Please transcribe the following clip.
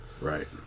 Right